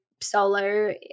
solo